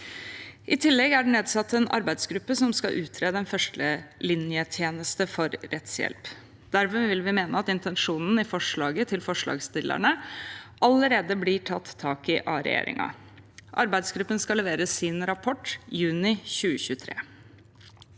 I tillegg er det nedsatt en arbeidsgruppe som skal utrede en førstelinjetjeneste for rettshjelp. Dermed vil vi mene at intensjonen i forslaget til forslagsstillerne allerede blir tatt tak i av regjeringen. Arbeidsgruppen skal levere sin rapport i juni 2023.